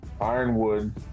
ironwood